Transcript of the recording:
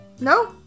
No